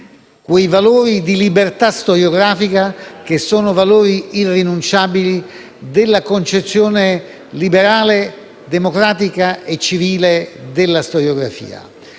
quei valori di libertà storiografica che sono valori irrinunciabili della concezione liberale, democratica e civile della storiografia.